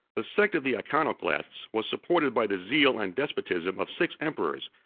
the sect of the iconoclasts was supported by the zeal and despotism of six emperors,